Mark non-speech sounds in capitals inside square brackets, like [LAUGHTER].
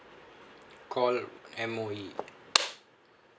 call M_O_E [NOISE]